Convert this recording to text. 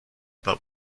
but